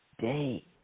day